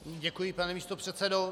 Děkuji, pane místopředsedo.